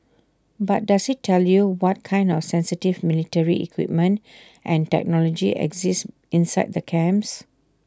but does IT tell you what kind of sensitive military equipment and technology exist inside the camps